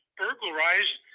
burglarized